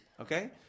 Okay